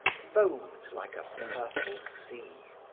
foamed like a purple sea.